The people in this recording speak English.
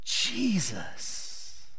Jesus